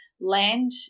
land